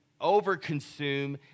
overconsume